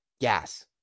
gas